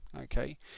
okay